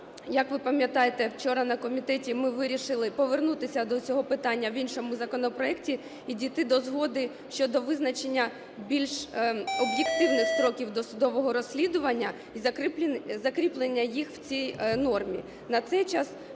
як ви пам'ятаєте, вчора на комітеті ми вирішили повернутися до цього питання в іншому законопроекті і дійти до згоди щодо визначення більш об'єктивних строків досудового розслідування і закріплення їх в цій нормі.